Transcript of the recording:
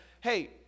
hey